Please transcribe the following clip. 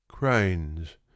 Cranes